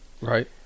Right